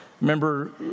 remember